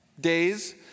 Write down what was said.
days